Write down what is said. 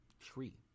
tree